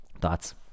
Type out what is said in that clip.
Thoughts